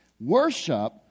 Worship